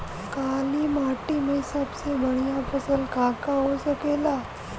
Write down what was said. काली माटी में सबसे बढ़िया फसल का का हो सकेला?